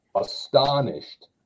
astonished